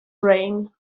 reign